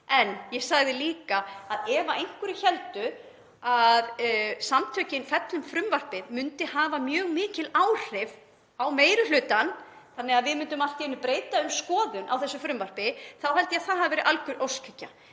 En ég sagði líka að ef einhverjir héldu að samtökin Fellum frumvarpið myndu hafa mjög mikil áhrif á meiri hlutann þannig að við myndum allt í einu breyta um skoðun á þessu frumvarpi þá héldi ég að það væri það alger óskhyggja.